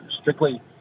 strictly